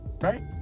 right